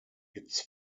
its